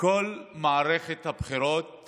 כל מערכת הבחירות